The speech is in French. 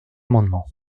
amendement